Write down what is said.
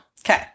Okay